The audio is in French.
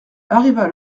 arriva